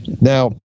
Now